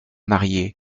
marié